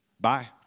Bye